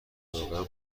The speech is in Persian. روغن